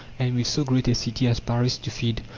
and with so great a city as paris to feed,